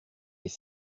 les